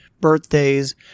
birthdays